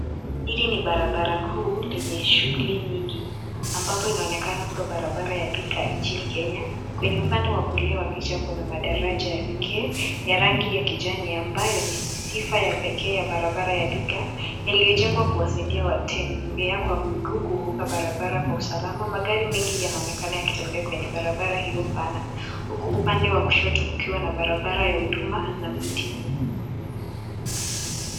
Hili ni barabara kuu lenye shughuli nyingi ambapo inaonekana kwa barabara ya Thika inchini Kenya kwenye upande wa kulia wapicha kuna madaraja ya pekee ya rangi ya kijani ambayo ni sifa ya pekee ya barabara ya Thika ya iliyojengwa kuwasaidia watembea kwa miguu kuvuka barabara kwa usalama magari mengi yanaonekana yakitembea kwenye barabara hiyo pana huku upande wa kushoto kukiwa na barabara ya huduma na miti.